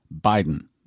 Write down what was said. Biden